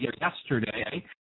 yesterday